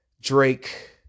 Drake